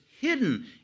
hidden